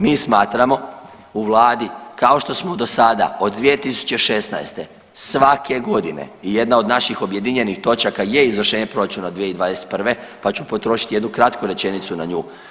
Mi smatramo u vladi kao što smo dosada od 2016. svake godine jedna od naših objedinjenih točaka je izvršenje proračuna 2021. pa ću potrošiti jednu kratku rečenicu na nju.